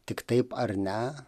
tik taip ar ne